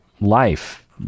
life